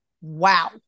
Wow